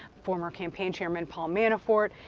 former campaign chairman paul manafort,